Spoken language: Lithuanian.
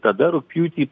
tada rugpjūtį